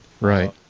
Right